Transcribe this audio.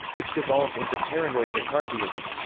which devolved into paranoid mccarthyism.